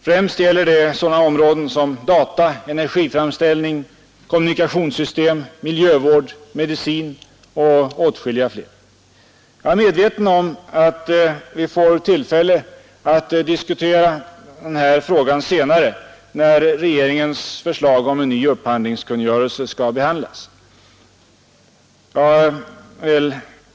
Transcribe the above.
Främst gäller det sådana områden som data, energiframställning, kommunikationssystem, miljövård och medicinsk teknik men också åtskilliga fler. Jag är medveten om att vi får tillfälle att diskutera den här frågan senare, när regeringens förslag om en ny upphandlingskungörelse skall behandlas.